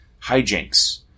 hijinks